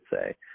say